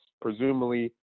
presumably